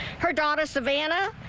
her daughter savannah.